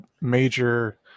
major